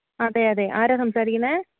അതെ അതെ ആരാണ് സംസാരിക്കുന്നത്